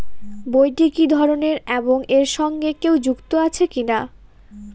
বইটি কি ধরনের এবং এর সঙ্গে কেউ যুক্ত আছে কিনা?